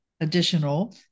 additional